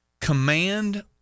command